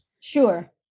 Sure